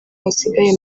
basigaye